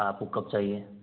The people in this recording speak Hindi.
आपको कब चाहिए